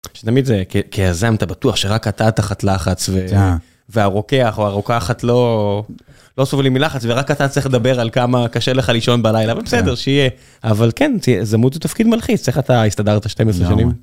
תמיד זה כייזם אתה בטוח שרק אתה תחת לחץ והרוקח או הרוקחת לא, לא סובלים מלחץ ורק אתה צריך לדבר על כמה קשה לך לישון בלילה בסדר שיהיה, אבל כן תראה ייזמות זה תפקיד מלחיץ איך אתה הסתדרת 12 שנים.